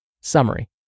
Summary